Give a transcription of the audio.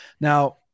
Now